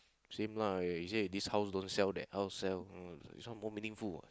same lah he say this house don't sell that house sell this one more meaningful